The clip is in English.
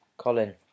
Colin